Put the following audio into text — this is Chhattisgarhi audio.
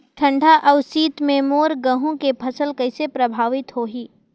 ठंडा अउ शीत मे मोर गहूं के फसल कइसे प्रभावित होही?